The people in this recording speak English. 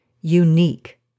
unique